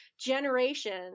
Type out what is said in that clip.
generations